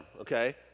Okay